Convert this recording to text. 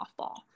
softball